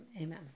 amen